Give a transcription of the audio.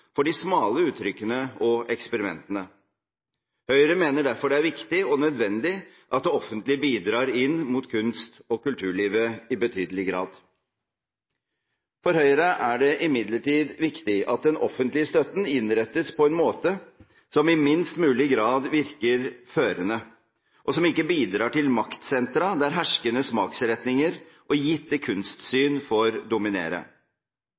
for de smale uttrykkene og eksperimentene. Høyre mener derfor det er viktig og nødvendig at det offentlige bidrar inn mot kunst- og kulturlivet i betydelig grad. For Høyre er det imidlertid viktig at den offentlige støtten innrettes på en måte som i minst mulig grad virker førende, og som ikke bidrar til maktsentra der herskende smaksretninger og gitte kunstsyn får dominere.